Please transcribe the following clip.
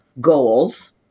goals